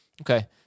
Okay